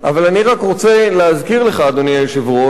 אבל אני רק רוצה להזכיר לך, אדוני היושב-ראש,